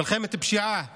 מלחמת פשיעה